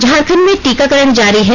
झारखंड में टीकाकरण जारी है